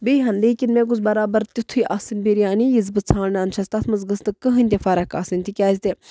بیٚیہِ ہَن لیکِن مےٚ گوٚژھ بَرابر تیُتھُے آسٕنۍ بِریانی یِژھ بہٕ ژھانٛڈان چھَس تَتھ منٛز گٔژھ نہٕ کٕہٕنۍ تہِ فرق آسٕنۍ تِکیٛاز تہِ